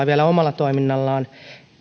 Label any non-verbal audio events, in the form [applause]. [unintelligible] vielä omalla toiminnallaan